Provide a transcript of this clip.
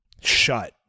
shut